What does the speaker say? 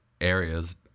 areas